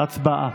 הצבעה.